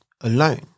alone